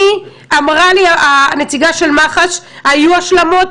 אמרה לי הנציגה של מח"ש: היו השלמות,